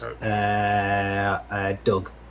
Doug